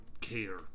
care